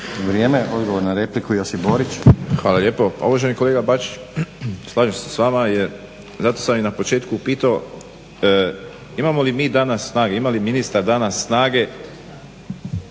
Borić. **Borić, Josip (HDZ)** Hvala lijepo. Pa uvaženi kolega Bačić slažem se s vama jer zato sam i na početku pitao imamo li mi danas snage, ima li ministar danas snage